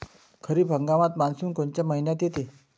खरीप हंगामात मान्सून कोनच्या मइन्यात येते?